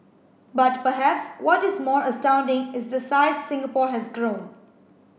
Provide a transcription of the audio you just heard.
but perhaps what is more astounding is the size Singapore has grown